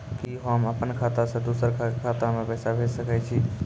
कि होम अपन खाता सं दूसर के खाता मे पैसा भेज सकै छी?